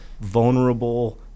vulnerable